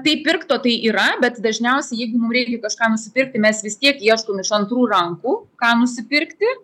tai pirkto tai yra bet dažniausiai jeigu mum reikia kažką nusipirkti mes vis tiek ieškome iš antrų rankų ką nusipirkti